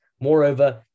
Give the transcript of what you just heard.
Moreover